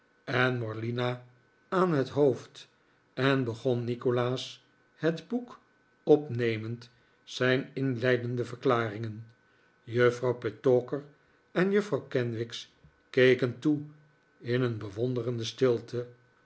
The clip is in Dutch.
en morlina aan het hoofd en begon nikolaas het boek opnemend zijn inleidende verklaringen juffrouw petowker en juffrouw kenwigs keken toe in een bewonderende stilte